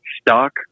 stock